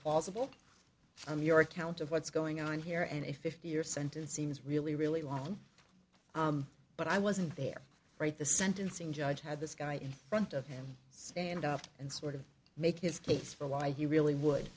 possible from your account of what's going on here and a fifty year sentence seems really really long but i wasn't there right the sentencing judge had this guy in front of him stand up and sort of make his case for why he really would